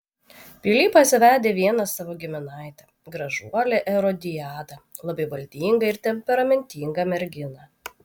pilypas vedė vieną savo giminaitę gražuolę erodiadą labai valdingą ir temperamentingą merginą